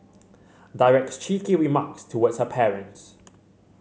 directs cheeky remarks towards her parents